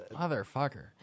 Motherfucker